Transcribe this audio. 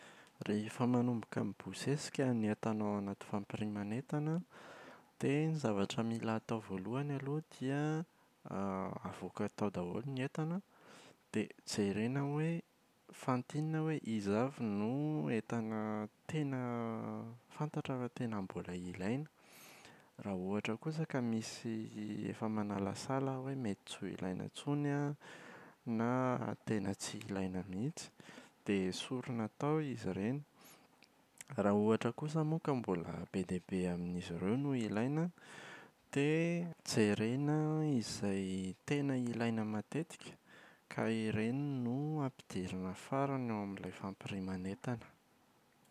Rehefa manomboka mibosesika ny entana ao amin’ny fampiriman’entana dia ny zavatra mila atao voalohany aloha dia avoaka tao daholo ny entana an dia jerena hoe fantinina hoe iza avy no entana tena fantatra fa tena mbola ilaina. Raha ohatra kosa ka misy efa manalasala hoe mety tsy ho ilaina intsony an na tena tsy ilaina mihitsy dia esorina tao izy ireny. Raha ohatra kosa moa ka mbola be dia be amin’izy ireo no ilaina an dia jerena izay tena ilaina matetika ka ireny no ampidirina farany ao amin’ilay fampiriman’entana.